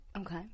Okay